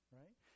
right